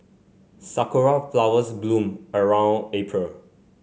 sakura flowers bloom around April